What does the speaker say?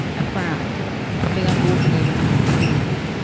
i found and began walking over to him, slowly,